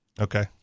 Okay